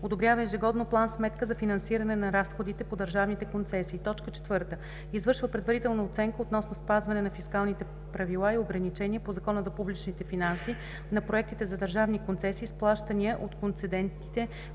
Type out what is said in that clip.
одобрява ежегодно план-сметка за финансиране на разходите по държавните концесии; 4. извършва предварителна оценка относно спазване на фискалните правила и ограничения по Закона за публичните финанси на проектите за държавни концесии с плащания от концедентите